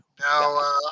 Now